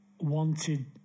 wanted